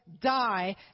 die